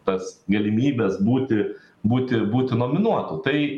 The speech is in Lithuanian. tas galimybes būti būti būti nominuotu tai